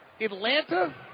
Atlanta